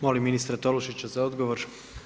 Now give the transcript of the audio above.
Molim ministra Tolušića za odgovor.